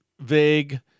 vague